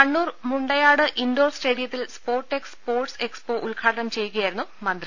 Kannur Mundayad indoor സ്റ്റേഡിയത്തിൽ Sportex sports expo ഉദ്ഘാടനം ചെയ്യുകയായിരുന്നു മന്ത്രി